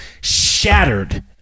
shattered